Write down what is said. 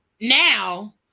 now